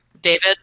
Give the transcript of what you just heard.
David